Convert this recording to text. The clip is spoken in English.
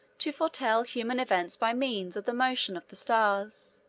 to foretell human events by means of the motions of the stars.